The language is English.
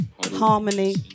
harmony